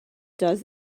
does